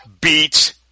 beats